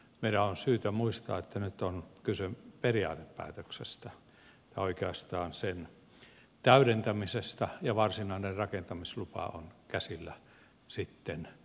meidän on syytä muistaa että nyt on kyse periaatepäätöksestä tai oikeastaan sen täydentämisestä ja varsinainen rakentamislupa on käsillä sitten myöhemmin